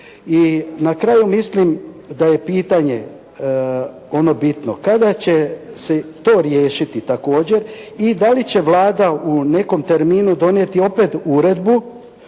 I na kraju mislim da je pitanje ono bitno, kada će se to riješiti također i dali će Vlada u nekom terminu donijeti opet uredbu